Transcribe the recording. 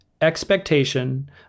expectation